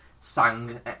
sang